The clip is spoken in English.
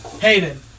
Hayden